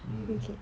mm